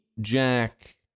Jack